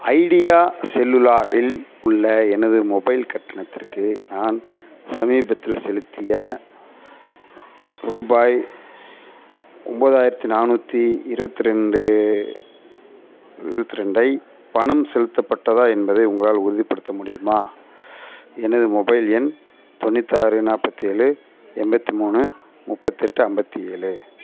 idea செல்லுலாரில் உள்ள எனது மொபைல் கட்டணத்திற்கு நான் சமீபத்தில் செலுத்திய ரூபாய் ஒன்பதாயிரத்தி நானூற்றி இருபத்தி ரெண்டு இருபத்தி ரெண்டை பணம் செலுத்தப்பட்டதா என்பதை உங்களால் உறுதிப்படுத்த முடியுமா எனது மொபைல் எண் தொண்ணுத்தாறு நாற்பத்தேழு எண்பத்தி மூணு முப்பத்தெட்டு ஐம்பத்தி ஏழு